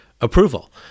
approval